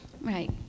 Right